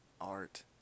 art